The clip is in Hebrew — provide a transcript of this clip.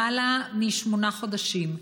למעלה משמונה חודשים.